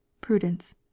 Prudence